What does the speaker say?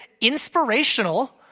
inspirational